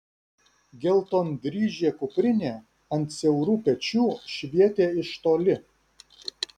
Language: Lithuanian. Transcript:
geltondryžė kuprinė ant siaurų pečių švietė iš toli